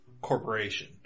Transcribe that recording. corporation